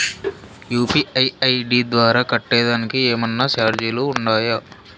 UPI ID ద్వారా కట్టేదానికి ఏమన్నా చార్జీలు ఉండాయా?